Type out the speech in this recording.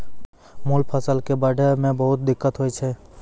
मूल फसल कॅ बढ़ै मॅ बहुत दिक्कत होय छै